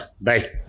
Bye